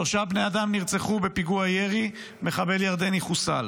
שלושה בני אדם נרצחו בפיגוע ירי, מחבל ירדני חוסל,